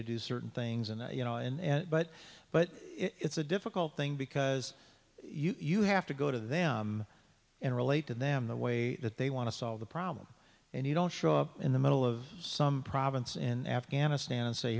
to do certain things and you know and but but it's a difficult thing because you have to go to them and relate to them the way that they want to solve the problem and you don't show up in the middle of some province in afghanistan and say